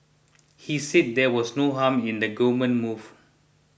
he said there was no harm in the government move